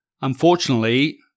Unfortunately